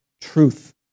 truth